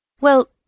Well